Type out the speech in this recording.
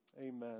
Amen